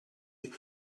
you